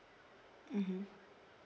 mmhmm